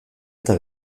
eta